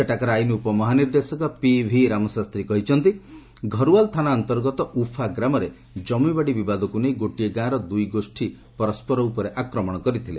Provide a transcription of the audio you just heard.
ସେଠାକାର ଆଇନ ଉପମହାନିର୍ଦ୍ଦେଶକ ପିଭି ରାମଶାସ୍ତ୍ରୀ କହିଛନ୍ତି ଘରୁଆଲ୍ ଥାନା ଅନ୍ତର୍ଗତ ଉଫା ଗ୍ରାମରେ ଜମିବାଡ଼ି ବିବାଦକୁ ନେଇ ଗୋଟିଏ ଗାଁର ଦୁଇଗୋଷ୍ଠୀ ପରସ୍କର ଉପରେ ଆକ୍ରମଣ କରିଥିଲେ